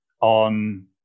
on